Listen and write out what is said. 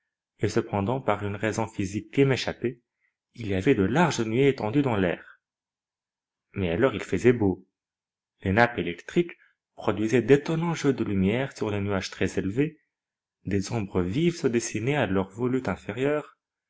et cependant par une raison physique qui m'échappait il y avait de larges nuées étendues dans l'air mais alors il faisait beau les nappes électriques produisaient d'étonnants jeux de lumière sur les nuages très élevés des ombres vives se dessinaient à leurs volutes inférieures